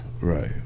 right